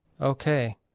Okay